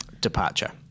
departure